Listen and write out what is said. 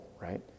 right